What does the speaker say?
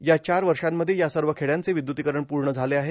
या चार वर्षामध्ये या सर्व खेड्यांचे विद्युतीकरण पूर्ण झाले आहे